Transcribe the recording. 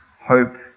hope